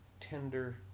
tender